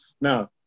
Now